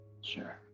sure